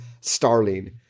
Starling